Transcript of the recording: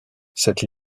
cette